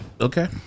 Okay